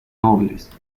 nobles